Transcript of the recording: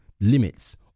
limits